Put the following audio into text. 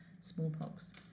smallpox